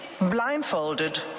blindfolded